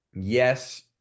yes